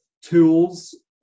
tools